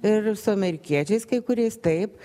ir su amerikiečiais kai kuriais taip